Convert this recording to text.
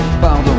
pardon